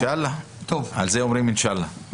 על זה אומרים אינשאללה.